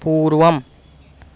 पूर्वम्